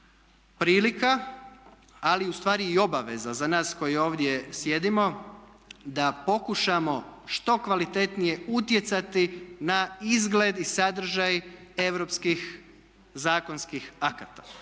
prilika ali ustvari i obaveza za nas koji ovdje sjedimo da pokušamo što kvalitetnije utjecati na izgled i sadržaj europskih zakonskih akata.